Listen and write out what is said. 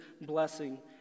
blessing